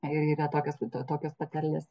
yra tokios tokios patarlės